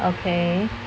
okay